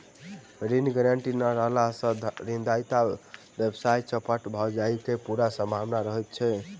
ऋण गारंटी नै रहला सॅ ऋणदाताक व्यवसाय चौपट भ जयबाक पूरा सम्भावना रहैत छै